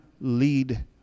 lead